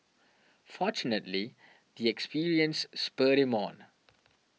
fortunately the experience spurred him on